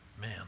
man